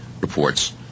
reports